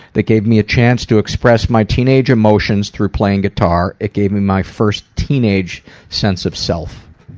that gave me a chance to express my teenage emotions through playing guitar. it gave me my first teenage sense of self.